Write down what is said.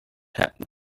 happened